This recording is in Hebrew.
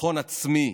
ביטחון עצמי,